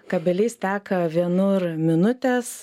kabeliais teka vienur minutės